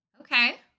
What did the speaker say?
okay